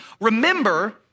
remember